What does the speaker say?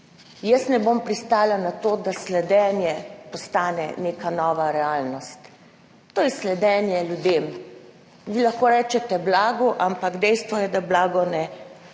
Jaz ne bom pristala na to, da postane sledenje neka nova realnost. To je sledenje ljudem. Vi lahko rečete blagu, ampak dejstvo je, da blago ne potuje